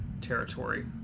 territory